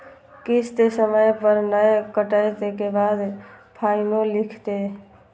किस्त समय पर नय कटै के बाद फाइनो लिखते?